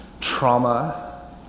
trauma